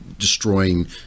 destroying